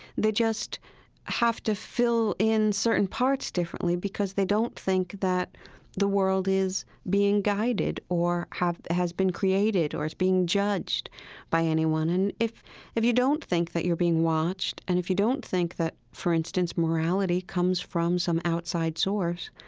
they just have to fill in certain parts differently, because they don't think that the world is being guided, or has been created, or is being judged by anyone. and if if you don't think that you're being watched, and if you don't think that, for instance, morality comes from some outside source,